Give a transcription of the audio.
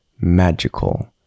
magical